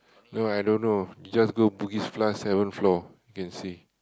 no I don't know you just go Bugis-Plus seven floor can see